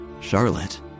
Charlotte